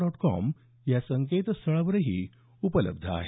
dot com या संकेतस्थळावरही उपलब्ध आहे